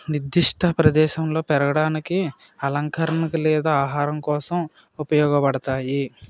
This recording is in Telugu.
నిర్దిష్ట ప్రదేశంలో పెరగడానికి అలంకరణకు లేదా ఆహారం కోసం ఉపయోగపడతాయి